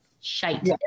shite